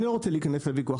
אני לא רוצה להיכנס לוויכוח.